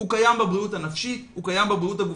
הוא קיים בבריאות הנפשית, בבריאות הגופנית,